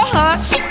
hush